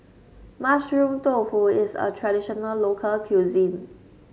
Mushroom Tofu is a traditional local cuisine